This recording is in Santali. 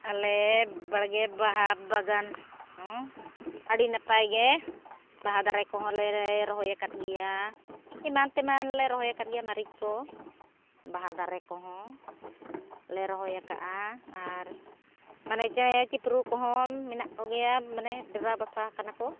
ᱟᱞᱮ ᱵᱟᱲᱜᱮ ᱵᱟᱦᱟ ᱵᱟᱜᱟᱱ ᱟᱹᱰᱤ ᱱᱟᱯᱟᱭᱜᱮ ᱵᱟᱦᱟ ᱫᱟᱨᱮ ᱠᱚᱦᱚᱸᱞᱮ ᱨᱚᱦᱚᱭᱟᱠᱟᱫ ᱜᱮᱭᱟ ᱮᱢᱟᱱ ᱛᱮᱢᱟᱱ ᱞᱮ ᱨᱚᱦᱚᱭᱟᱠᱟᱫ ᱜᱮᱭᱟ ᱢᱟᱹᱨᱤᱪ ᱠᱚ ᱵᱟᱦᱟ ᱫᱟᱨᱮ ᱠᱚᱦᱚᱸ ᱞᱮ ᱨᱚᱦᱚᱭ ᱠᱟᱜᱼᱟ ᱟᱨ ᱢᱟᱱᱮ ᱪᱮᱬᱮ ᱪᱤᱯᱨᱩ ᱠᱚᱦᱚᱸ ᱢᱮᱱᱟᱜ ᱠᱚᱜᱮᱭᱟ ᱢᱟᱱᱮ ᱰᱮᱨᱟ ᱵᱟᱥᱟ ᱟᱠᱟᱱᱟ ᱠᱚ